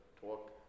talk